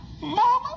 Mama